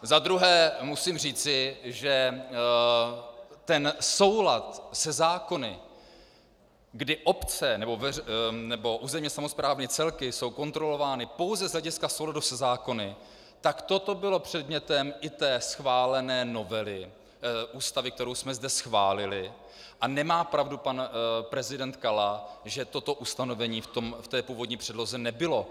Za druhé musím říci, že ten soulad se zákony, kdy obce nebo územně samosprávné celky jsou kontrolovány pouze z hlediska souladu se zákony, tak toto bylo předmětem i té schválené novely Ústavy, kterou jsme zde schválili, a nemá pravdu pan prezident Kala, že toto ustanovení v té původní předloze nebylo.